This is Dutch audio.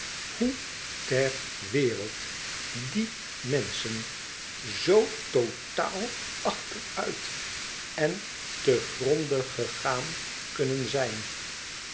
hoe ter wereld die menschen zoo totaal achteruit en te gronde gegaan kunnen zijn